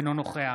אינו נוכח